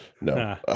No